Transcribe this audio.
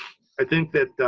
i think that